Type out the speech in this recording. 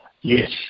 Yes